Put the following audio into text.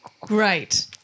great